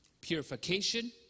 purification